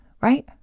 Right